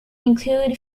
include